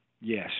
Yes